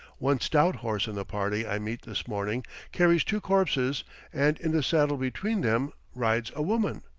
one stout horse in the party i meet this morning carries two corpses and in the saddle between them rides a woman.